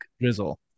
Drizzle